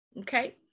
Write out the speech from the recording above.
okay